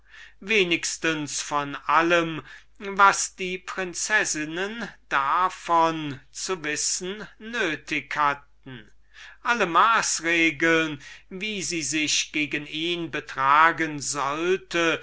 doch von allem was die prinzessinnen davon zu wissen nötig hatten alle maßregeln wie sie sich gegen ihn betragen sollte